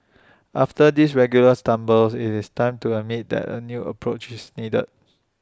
after these regular stumbles IT is time to admit that A new approach is needed